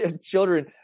children